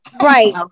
right